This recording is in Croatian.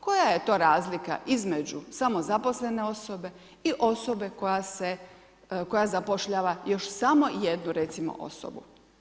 Koja je to razlika između samozaposlene osobe i osobe koja zapošljava još samo jednu recimo osobu?